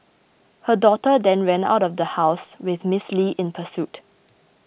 her daughter then ran out of house with Ms Li in pursuit